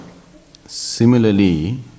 Similarly